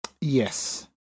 Yes